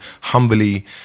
humbly